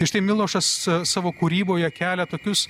ir štai milošas savo kūryboje kelia tokius